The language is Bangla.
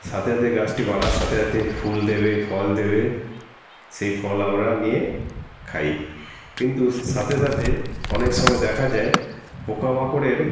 সাথে সাথে গাছটি বাড়ার সাথে সাথে ফুল দেবে ফল দেবে সেই ফল আমরা নিয়ে খাই কিন্তু সাথে সাথে অনেক সময় দেখা যায় পোকামাকড়ের